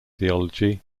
theology